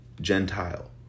Gentile